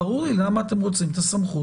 ברור לי למה אתם רוצים את הסמכות.